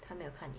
他没有看你